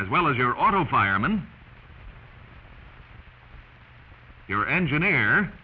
as well as your auto fireman your engineer